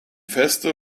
feste